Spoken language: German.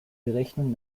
berechnung